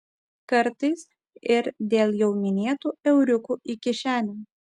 kartais ir dėl jau minėtų euriukų į kišenę